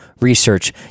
research